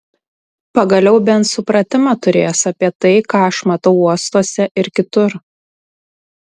pagaliau bent supratimą turės apie tai ką aš matau uostuose ir kitur